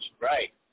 right